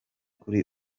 kuri